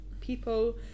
people